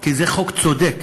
כי זה חוק צודק.